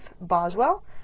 Boswell